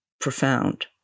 profound